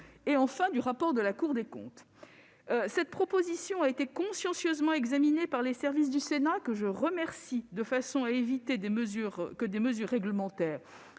et enfin du rapport de la Cour des comptes. Cette proposition de loi a été consciencieusement examinée par les services du Sénat, que je tiens à remercier, pour éviter que des mesures réglementaires